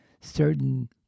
certain